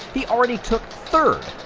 he already took third!